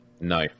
no